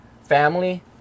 family